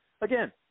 again